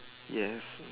yes